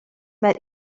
met